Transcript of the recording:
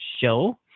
Show